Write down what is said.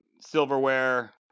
silverware